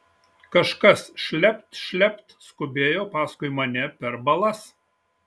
kažkas šlept šlept skubėjo paskui mane per balas